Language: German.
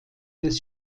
des